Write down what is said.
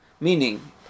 meaning